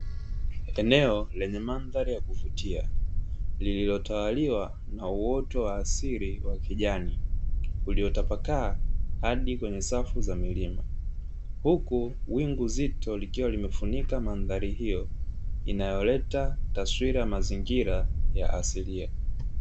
Eneo lenye mandhari ya kuvutia lililotawaliwa na uoto wa asili wa kijani uliotapakaa hadi kwenye safu za milima, huku wingu zito likiwa limefunika mandhari hiyo inayoleta taswira ya mazingira ya asilia.